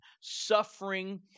suffering